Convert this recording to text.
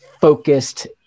focused